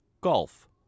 Golf